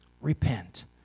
Repent